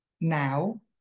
now